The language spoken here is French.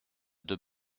deux